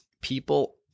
people